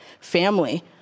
family